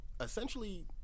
essentially